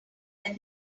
when